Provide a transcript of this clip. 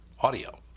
audio